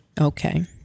Okay